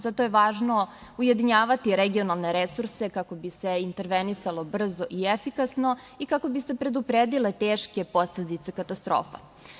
Zato je važno ujedinjavati regionalne resurse kako bi se intervenisalo brzo i efikasno i kako bi se predupredile teške posledice katastrofa.